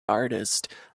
artist